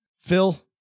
Phil